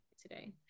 today